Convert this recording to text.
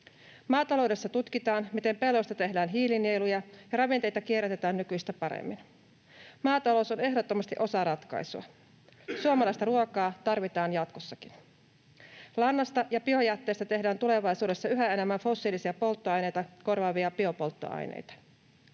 Maataloudessa tutkitaan, miten pelloista tehdään hiilinieluja ja ravinteita kierrätetään nykyistä paremmin. Maatalous on ehdottomasti osa ratkaisua. Suomalaista ruokaa tarvitaan jatkossakin. Lannasta ja biojätteestä tehdään tulevaisuudessa yhä enemmän fossiilisia polttoaineita korvaavia biopolttoaineita.